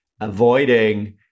avoiding